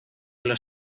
los